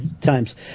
Times